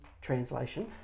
Translation